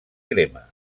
crema